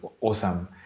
awesome